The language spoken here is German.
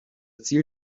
ziel